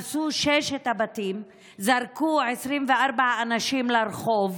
הרסו את ששת הבתים וזרקו 24 אנשים לרחוב.